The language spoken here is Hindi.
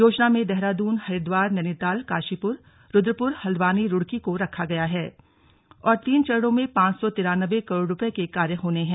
योजना में देहरादून हरिद्वार नैनीताल काशीपुर रुद्रपुर हल्द्वानी रुड़की को रखा गया है और तीन चरणों में पांच सौ तिरानवें करोड़ रुपये के कार्य होने हैं